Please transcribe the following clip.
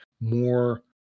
more